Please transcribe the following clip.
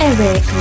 Eric